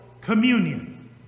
communion